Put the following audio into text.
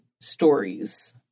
stories